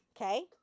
Okay